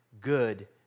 good